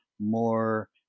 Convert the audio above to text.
more